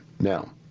Now